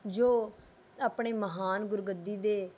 ਜੋ ਆਪਣੇ ਮਹਾਨ ਗੁਰਗੱਦੀ ਦੇ